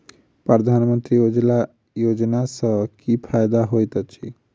प्रधानमंत्री उज्जवला योजना सँ की फायदा होइत अछि?